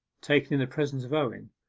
taken in the presence of owen,